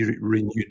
renewed